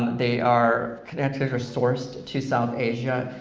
they are connected or sourced to south asia,